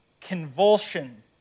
convulsion